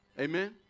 Amen